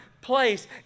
place